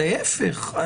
להיפך,